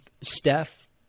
Steph